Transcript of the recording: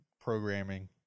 programming